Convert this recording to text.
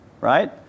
right